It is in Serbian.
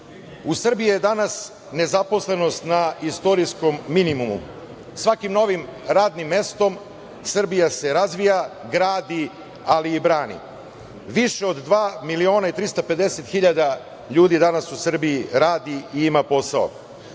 Srbiji je danas nezaposlenost na istorijskom minimumu. Svakim novim radnim mestom Srbija se razvija, gradi, ali i brani. Više od dva miliona i 350 hiljada ljudi danas u Srbiji radi i ima posao.